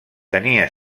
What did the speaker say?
tenia